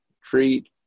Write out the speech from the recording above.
treat